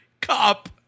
cop